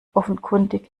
offenkundig